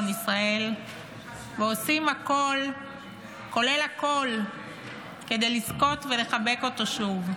ישראל ועושים הכול כולל הכול כדי לזכות ולחבק אותו שוב.